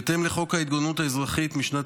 בהתאם לחוק ההתגוננות האזרחית משנת